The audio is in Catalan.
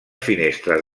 finestres